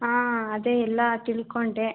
ಹಾಂ ಅದೇ ಎಲ್ಲ ತಿಳ್ಕೊಂಡೆ